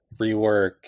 rework